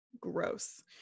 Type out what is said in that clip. Gross